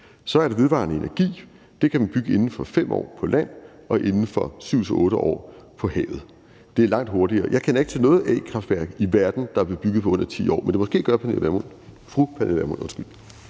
er det vedvarende energi. Det kan man bygge inden for 5 år på land og inden for 7-8 år på havet. Det er langt hurtigere. Jeg kender ikke til noget a-kraftværk i verden, der er blevet bygget på under 10 år. Men måske gør fru Pernille Vermund. Kl.